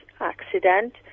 accident